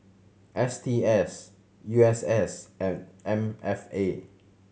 S T S U S S and M F A